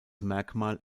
merkmal